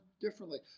differently